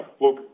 Look